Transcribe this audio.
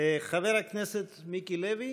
חבר הכנסת מיקי לוי,